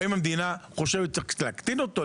האם המדינה חושבת שצריך להקטין אותו,